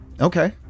Okay